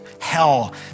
hell